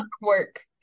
work